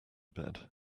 bed